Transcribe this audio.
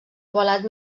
ovalat